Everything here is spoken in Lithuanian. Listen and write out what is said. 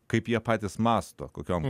kaip jie patys mąsto kokiom